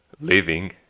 living